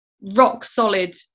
rock-solid